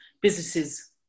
businesses